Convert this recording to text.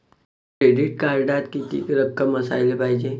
Credit कार्डात कितीक रक्कम असाले पायजे?